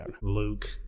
Luke